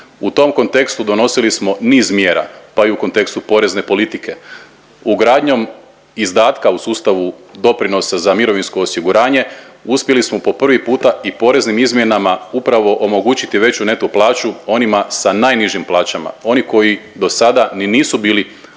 U tom kontekstu donosili smo niz mjera pa i u kontekstu porezne politike. Ugradnjom izdatka u sustavu doprinosa za mirovinsko osiguranje uspjeli smo po prvi puta i poreznim izmjenama upravo omogućiti veću neto plaću onima sa najnižim plaćama oni koji dosada ni nisu bili